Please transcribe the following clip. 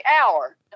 hour